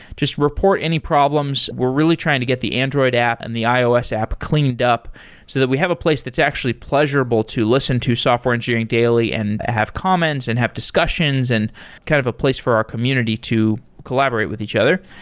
just report any problems. we're really trying to get the android app and the ios app cleaned up so that we have a place that's actually pleasurable to listen to software engineering daily and have comments and have discussions and kind of a place for our community to collaborate with each other.